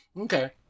Okay